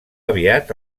aviat